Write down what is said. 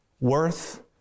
worth